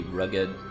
rugged